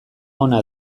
ona